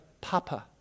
Papa